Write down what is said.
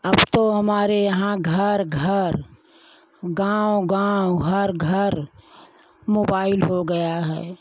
अब तो हमारे यहाँ घर घर गाँव गाँव घर घर मोबाइल हो गया है